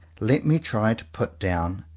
let me try to put down,